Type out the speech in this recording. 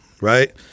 Right